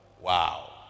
Wow